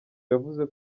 yavuze